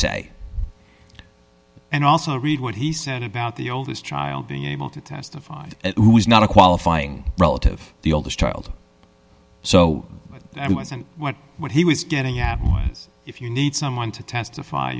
say and also read what he said about the oldest child being able to testify at who is not a qualifying relative the oldest child so i mean what what he was getting at was if you need someone to testify